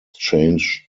changed